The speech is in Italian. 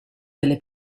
delle